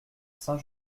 saint